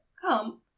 come